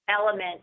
element